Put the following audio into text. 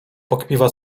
pokpiwa